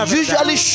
usually